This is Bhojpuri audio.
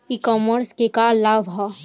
ई कॉमर्स क का लाभ ह?